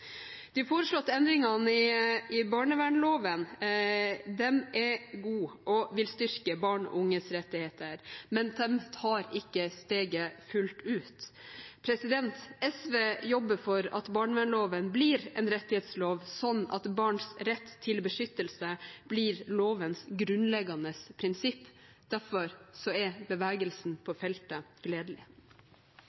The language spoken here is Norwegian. De foreslåtte endringene i barnevernloven er gode og vil styrke barn og unges rettigheter, men de tar ikke steget fullt ut. SV jobber for at barnevernloven blir en rettighetslov, slik at barns rett til beskyttelse blir lovens grunnleggende prinsipp. Derfor er bevegelsen på feltet gledelig.